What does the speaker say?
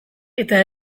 eta